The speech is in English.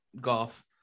golf